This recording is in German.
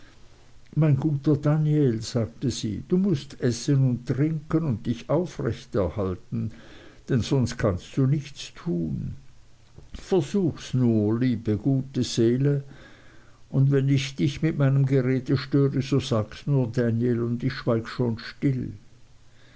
mein guter daniel sagte sie du mußt essen und trinken und dich aufrecht erhalten denn sonst kannst du nichts tun versuchs nur liebe gute seele und wenn ich dich mit meinem gerede störe so sags nur daniel und ich schweig schon still